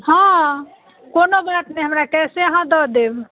हँऽ कोनो बात नहि हमरा कैसे अहाँ दऽ देब